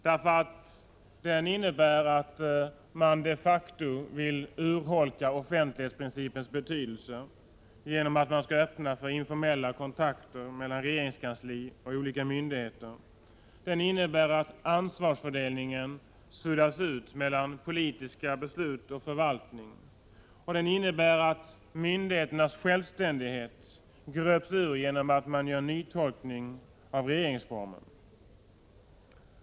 Propositionen innebär att man de facto vill urholka offentlighetsprincipens betydelse genom att öppna möjligheter till informella kontakter mellan regeringskansliet och olika myn digheter. Detta innebär att ansvarsfördelningen mellan dem som fattar — Prot. 1986/87:122 politiska beslut och förvaltningen suddas ut. Det innebär också att myndighe 13 maj 1987 ternas självständighet gröps ur genom att en ny tolkning görs av regeringsformen.